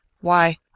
Why